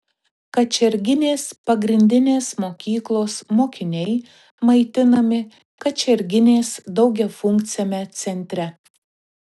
kačerginės pagrindinės mokyklos mokiniai maitinami kačerginės daugiafunkciame centre